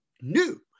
new